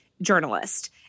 journalist